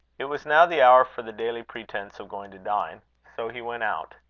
it was now the hour for the daily pretence of going to dine. so he went out.